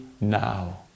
now